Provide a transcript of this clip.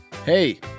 Hey